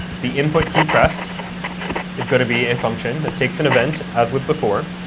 the input key press is going to be a function that takes an event as with before,